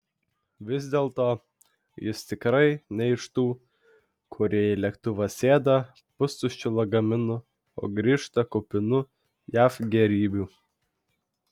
vis dėlto jis tikrai ne iš tų kurie į lėktuvą sėda pustuščiu lagaminu o grįžta kupinu jav gėrybių